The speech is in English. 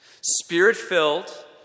Spirit-filled